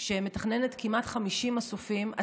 שמתכננת כמעט 50 מסופים,